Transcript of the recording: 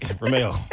Romeo